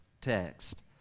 text